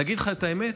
אני אגיד לך את האמת,